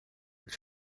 dos